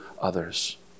others